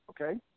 Okay